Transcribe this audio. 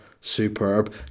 superb